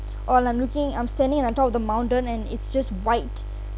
or I'm looking I'm standing on top of the mountain and it's just white